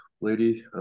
lady